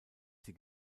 sie